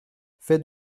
fait